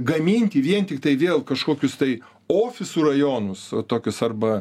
gaminti vien tiktai vėl kažkokius tai ofisų rajonus tokius arba